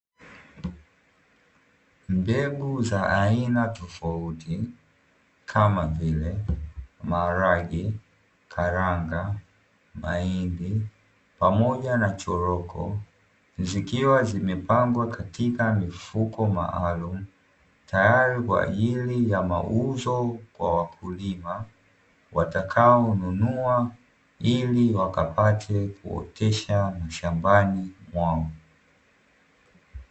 Mbegu za aina tofauti kama vile marage ,karanga ,mahindi pamoja na choroko zikiwa zimepangwa katika mifuko maalumu, tayari kwaajili ya mauzo kwa wakulima watakaonunua ili wakapate kuotesha mashambani mwao.